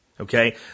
Okay